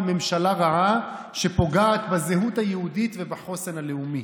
ממשלה רעה שפוגעת בזהות היהודית ובחוסן הלאומי.